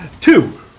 Two